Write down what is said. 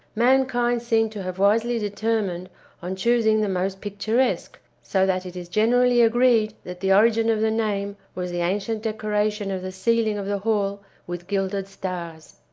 mankind seem to have wisely determined on choosing the most picturesque, so that it is generally agreed that the origin of the name was the ancient decoration of the ceiling of the hall with gilded stars.